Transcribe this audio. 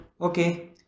Okay